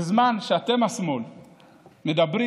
בזמן שאתם, השמאל, מדברים,